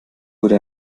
wurde